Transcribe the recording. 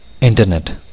Internet